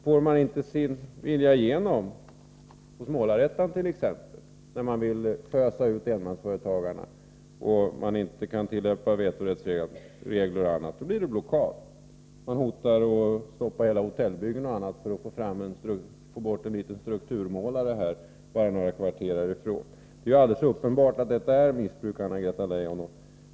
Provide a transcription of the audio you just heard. Får man inte sin vilja igenom hos Målar-ettan t.ex., när man vill fösa ut enmansföretagarna och man inte kan tillämpa vetoregler och annat, då blir det blockad. Man hotar att stoppa ett hotellbygge bara några kvarter härifrån för att få bort en liten strukturmålare. Det är alldeles uppenbart att detta är missbruk, Anna-Greta Leijon.